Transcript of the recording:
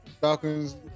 Falcons